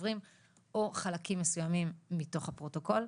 דוברים או חלקים מסוימים מתוך הפרוטוקול,